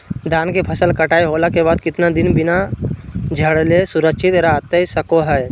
धान के फसल कटाई होला के बाद कितना दिन बिना झाड़ले सुरक्षित रहतई सको हय?